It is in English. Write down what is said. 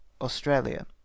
Australia